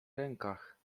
rękach